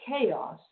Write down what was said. chaos